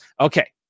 Okay